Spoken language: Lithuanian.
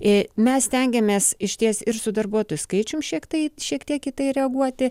ir mes stengiamės išties ir su darbuotojų skaičium šiek tai šiek tiek kitaip reaguoti